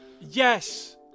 yes